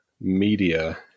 media